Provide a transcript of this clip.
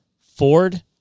Ford